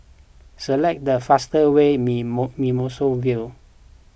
select the fastest way to Mimosa View